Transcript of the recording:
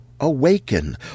awaken